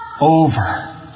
over